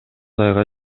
айга